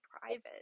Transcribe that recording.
private